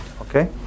okay